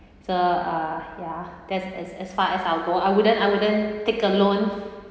so ah ya that's as as far as I'll go I wouldn't I wouldn't take a loan